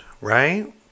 right